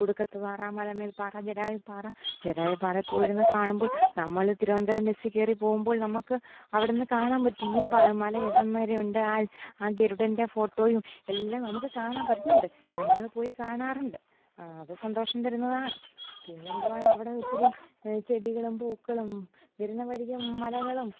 കുടുക്കത്ത് പാറ മലമേൽ പാറ ജടായു പാറ ജടായുപ്പാറയിൽ പോയിരുന്നു കാണുമ്പോൾ നമ്മളീ തിരുവനന്തപുരം ബസ്സിൽ കയറി പോകുമ്പോൾ നമുക്ക് അവിടെ നിന്നു കാണാൻ പറ്റും ഈ മല എവിടെയും വരെ ഉണ്ട് ആ ഗരുഡൻ്റെ ഫോട്ടോയും എല്ലാം നമുക്ക് കാണാൻ പറ്റുന്നുണ്ട് ഞങ്ങൾ പോയി കാണാറുണ്ട് അത് സന്തോഷം തരുന്നതാണ് പിന്നെന്തുമാണവിടെ ഒത്തിരി ചെടികളും പൂക്കളും വരുന്ന വഴിക്കു മലകളും